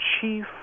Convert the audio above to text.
chief